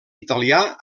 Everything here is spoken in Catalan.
italià